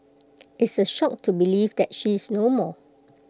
it's A shock to believe that she is no more